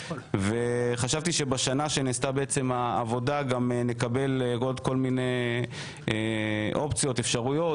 חשבתי שבשנה שנעשתה העבודה גם נקבל עוד כול מיני אופציות ואפשרויות,